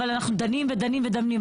אבל אנחנו דנים ודנים ודנים.